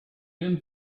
been